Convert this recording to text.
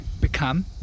become